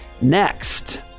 Next